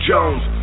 Jones